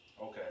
Okay